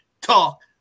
Talk